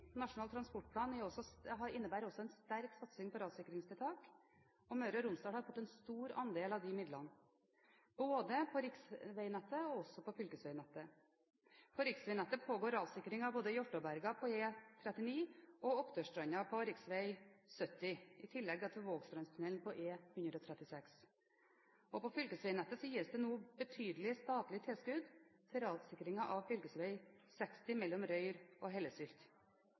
Møre og Romsdal har fått en stor andel av de midlene på både riksveinettet og fylkesveinettet. På riksveinettet pågår rassikring av både Hjartåberga på E39 og Oppdølsstranda på riksvei 70, i tillegg til Vågstrandstunnelen på E136. På fylkesveinettet gis det nå betydelige statlige tilskudd til rassikringen av fylkesvei 60 mellom Røyr og Hellesylt.